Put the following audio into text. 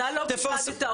ד"ר שרון אלרעי פרייס,